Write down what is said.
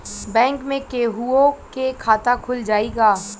Bank में केहूओ के खाता खुल जाई का?